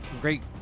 great